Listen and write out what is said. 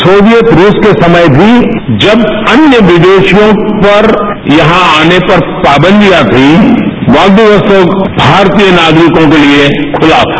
Soviet रूस के समय भी जब अन्य विदेशियों पर यहां आने पर पाबंदियां थीं व्लादिवोस्तोक भारतीय नागरिकों के लिए खुला था